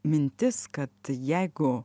mintis kad jeigu